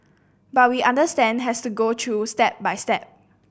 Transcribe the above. but we understand has to go through step by step